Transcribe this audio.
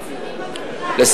אבל מה עם הצעירים במרכז?